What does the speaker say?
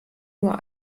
nur